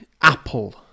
apple